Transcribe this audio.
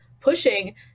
pushing